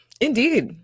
indeed